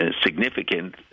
significant